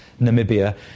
Namibia